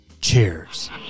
cheers